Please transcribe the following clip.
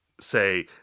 say